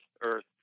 Earth